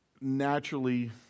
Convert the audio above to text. naturally